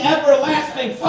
Everlasting